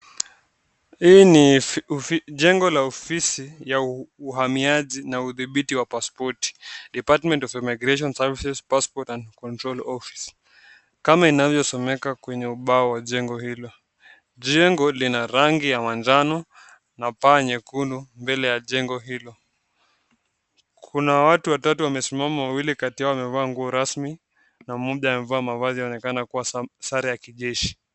Hii ni jengo la ofisi la uhamiaji na udhibiti wa pasipoti, (cs)Department of Immigration Services. Passport Control Office(cs), kama inavyosomeka kwenye ubao wa jengo hilo. Jengo lenye rangi ya manjano na paa nyekundu mbele ya jengo hilo. Kuna watatu wamesimama, wawili wamevalia rasmi na mmoja amevalia mavazi yanaonekana kua sare ya kijeshi.